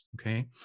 Okay